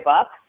up